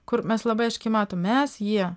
kur mes labai aiškiai matom mes jie